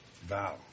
Vow